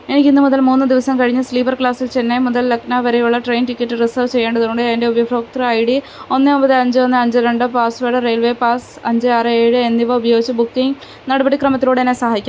എനിക്ക് ഇന്ന് മുതൽ മൂന്ന് ദിവസം കഴിഞ്ഞ് സ്ലീപ്പർ ക്ലാസ്സിൽ ചെന്നൈ മുതൽ ലക്നൗ വരെയുള്ള ട്രെയിൻ ടിക്കറ്റ് റിസർവ് ചെയ്യേണ്ടതുണ്ട് എൻറ്റെ ഉപഭോക്തൃ ഐ ഡി ഒന്ന് ഒൻപത് അഞ്ച് ഒന്ന് അഞ്ച് രണ്ട് പാസ്വേർഡ് റെയിൽവേ പാസ് അഞ്ച് ആറ് ഏഴ് എന്നിവ ഉപയോഗിച്ച് ബുക്കിങ് നടപടിക്രമത്തിലൂടെ എന്നെ സഹായിക്